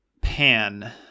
pan